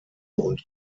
und